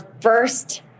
first